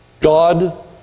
God